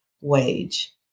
wage